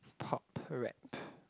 pop rap